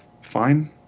Fine